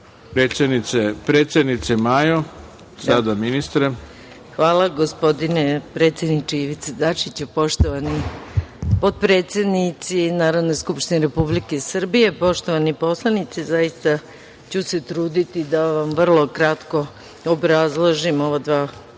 predsednice Majo, sada ministre. **Maja Gojković** Hvala, gospodine predsedniče Ivice Dačiću. Poštovani potpredsednici Narodne skupštine Republike Srbije, poštovani poslanici, zaista ću se truditi da vam vrlo kratko obrazložim ova dva predloga